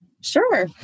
Sure